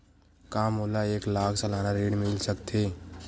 का मोला एक लाख सालाना ऋण मिल सकथे?